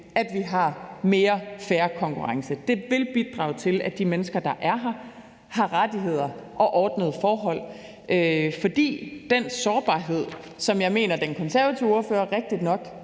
at vi har mere fair konkurrence. Det vil bidrage til, at de mennesker, der er her, har rettigheder og ordnede forhold. For den sårbarhed, som jeg mener den konservative ordfører rigtigt nok